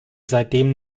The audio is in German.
seitdem